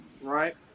right